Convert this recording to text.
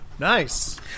Nice